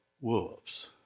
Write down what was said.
wolves